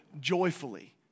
joyfully